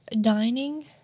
dining